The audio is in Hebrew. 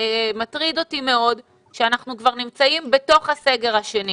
מטריד אותי מאוד שאנחנו כבר נמצאים בתוך הסגר השני